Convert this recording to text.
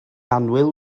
annwyl